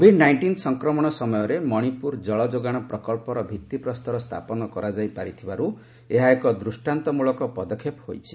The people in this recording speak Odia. କୋଭିଡ୍ ନାଇଷ୍ଟିନ୍ ସଂକ୍ରମଣ ସମୟରେ ମଣିପୁର ଜଳଯୋଗାଣ ପ୍ରକଚ୍ଚର ଭିଭିପ୍ରସ୍ତର ସ୍ଥାପନ କରାଯାଇ ପାରିଥିବାରୁ ଏହା ଏକ ଦୂଷ୍ଟାନ୍ତମୂଳକ ପଦକ୍ଷେପ ହୋଇଛି